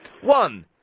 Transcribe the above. One